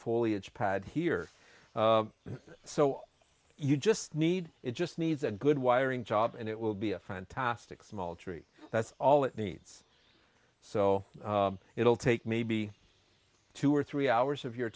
foliage pad here so you just need it just needs a good wiring job and it will be a fantastic small tree that's all it needs so it'll take maybe two or three hours of your